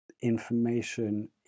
information